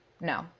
No